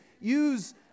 Use